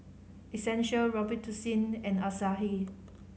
Essential Robitussin and Asahi